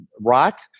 rot